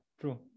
true